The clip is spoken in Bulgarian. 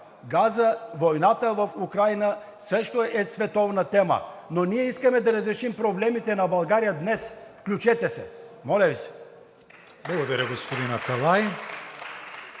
Газът, войната в Украйна също е световна тема, но ние искаме да разрешим проблемите на България днес. Включете се! Моля Ви се! (Ръкопляскания от